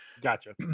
Gotcha